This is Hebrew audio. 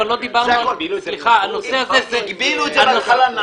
אבל לא דיברנו --- הגבילו את זה בהתחלה לנצרות.